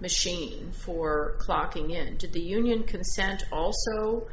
machine for clocking in to the union consent also